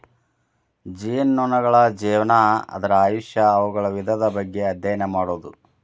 ಜೇನುನೊಣಗಳ ಜೇವನಾ, ಅದರ ಆಯುಷ್ಯಾ, ಅವುಗಳ ವಿಧದ ಬಗ್ಗೆ ಅದ್ಯಯನ ಮಾಡುದು